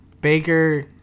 Baker